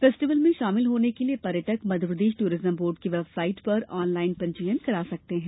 festival में शामिल होने के लिये पर्यटक मध्यप्रदेश ट्ररिज्म बोर्ड की वेबसाइट पर ऑनलाइन पंजीयन करा सकते हैं